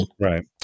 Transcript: right